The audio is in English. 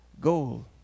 goal